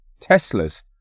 Teslas